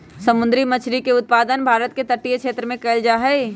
समुंदरी मछरी के उत्पादन भारत के तटीय क्षेत्रमें कएल जाइ छइ